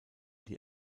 die